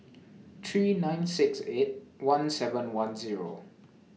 three nine six eight one seven one Zero